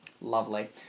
Lovely